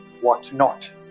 whatnot